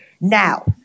Now